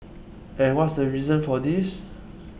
and what's the reason for this